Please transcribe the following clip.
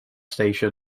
station